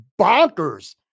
bonkers